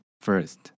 first